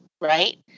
right